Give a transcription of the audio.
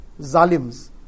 Zalims